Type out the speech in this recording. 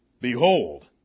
Behold